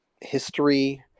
history